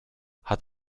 hat